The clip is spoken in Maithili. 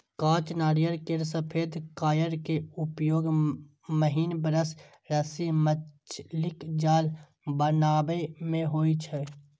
कांच नारियल केर सफेद कॉयर के उपयोग महीन ब्रश, रस्सी, मछलीक जाल बनाबै मे होइ छै